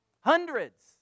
Hundreds